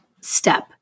step